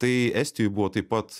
tai estijoj buvo taip pat